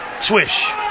Swish